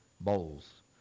bowls